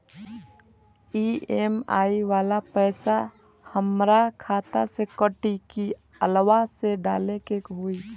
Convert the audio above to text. EMI वाला पैसा हाम्रा खाता से कटी की अलावा से डाले के होई?